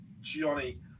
Johnny